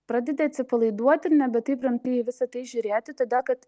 pradedi atsipalaiduoti ir nebe taip rimtai į visa tai žiūrėti todėl kad